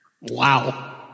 Wow